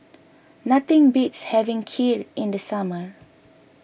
nothing beats having Kheer in the summer